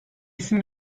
isim